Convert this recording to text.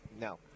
No